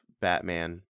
Batman